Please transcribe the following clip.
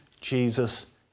Jesus